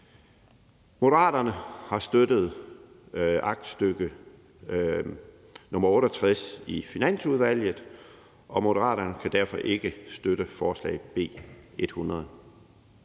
Moderaterne har støttet aktstykke nr. 68 i Finansudvalget, og Moderaterne kan derfor ikke støtte forslag B 100